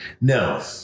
No